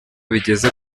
bigeze